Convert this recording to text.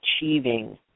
achieving